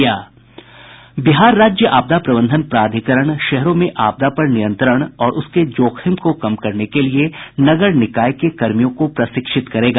बिहार राज्य आपदा प्रबंधन प्राधिकरण शहरों में आपदा पर नियंत्रण और उसके जोखिम को कम करने के लिए नगर निकाय के कर्मियों को प्रशिक्षित करेगा